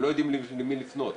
הם לא יודעים למי לפנות,